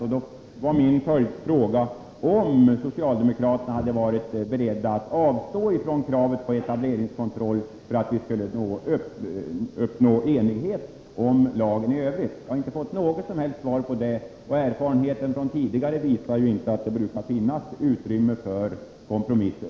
Då var min fråga: Hade socialdemokraterna varit beredda att avstå från kravet på etableringskontroll för att möjliggöra för oss att uppnå enighet om lagförslaget i övrigt? Jag har inte fått något svar på min fråga. Erfarenheten visar tyvärr att det inte brukar finnas utrymme för kompromisser.